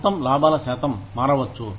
మొత్తం లాభాల శాతం మారవచ్చు